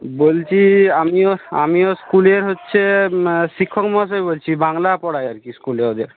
বলছি আমি ওর আমি ওর স্কুলের হচ্ছে শিক্ষক মহাশয় বলছি বাংলা পড়াই আর কি স্কুলে ওদের